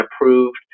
approved